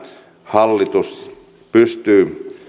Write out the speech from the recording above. hallitus pystyy